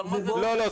לא,